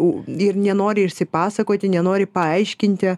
o ir nenori išsipasakoti nenori paaiškinti